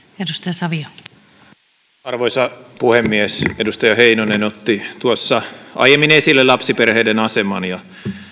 arvoisa puhemies edustaja heinonen otti tuossa aiemmin esille lapsiperheiden aseman ja